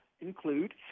include